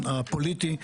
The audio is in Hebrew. הפוליטי,